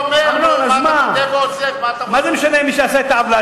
מה זה משנה מי עשה את העוולה,